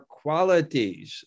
qualities